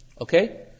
Okay